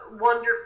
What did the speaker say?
wonderful